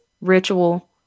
ritual